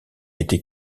été